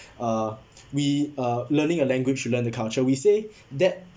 uh we uh learning a language to learn the culture we say that